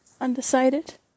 Undecided